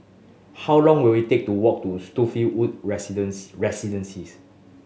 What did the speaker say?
how long will it take to walk to Spottiswoode Residence Residences